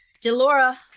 delora